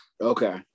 Okay